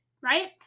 right